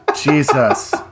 Jesus